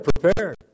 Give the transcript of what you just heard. prepared